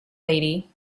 lady